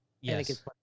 Yes